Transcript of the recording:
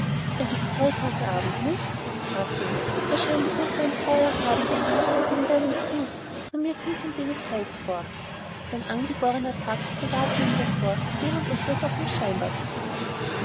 es ist heiß heute abend nicht fragte er wahrscheinlich mußt du ein feuer haben wegen wegen deinem fuß nur mir kommt's ein wenig heiß vor sein angeborener takt bewahrte ihn davor irgend etwas auch nur scheinbar zu tadeln